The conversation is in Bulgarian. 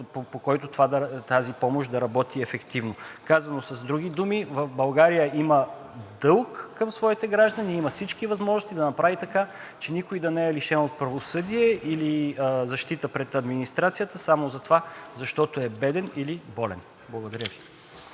по които тази помощ да работи ефективно. Казано с други думи, България има дълг към своите граждани, има всички възможности да направи така, че никой да не е лишен от правосъдие или защита пред администрацията само затова, защото е беден или болен. Благодаря Ви.